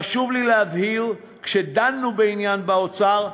חשוב לי להבהיר, כשדנו בעניין באוצר,